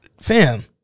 fam